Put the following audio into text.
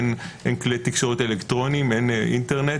אין כלי תקשורת אלקטרוניים, אין אינטרנט.